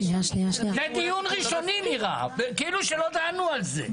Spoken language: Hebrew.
זה דיון ראשוני נראה, כאילו שלא דנו על זה.